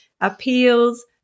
appeals